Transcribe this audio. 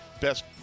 best